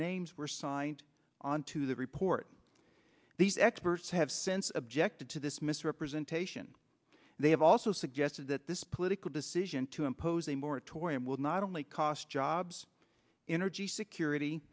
names were signed onto the report these experts have since objected to this misrepresentation they have also suggested that this political decision to impose a moratorium will not only cost jobs in or g security